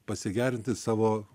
pasigerinti savo